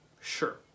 sure